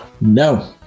No